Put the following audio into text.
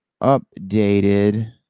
updated